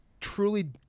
truly